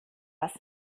das